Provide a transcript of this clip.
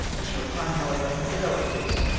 a short time, however, developed this.